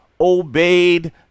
obeyed